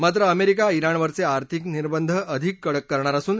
मात्र अमेरिका ्राणवरचे आर्थिक निर्दंध अधिक कडक करणार असून